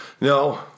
No